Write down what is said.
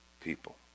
people